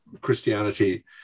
Christianity